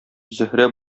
зөһрә